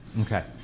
Okay